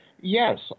Yes